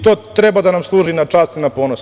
To treba da nam služi na čast i na ponos.